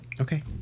Okay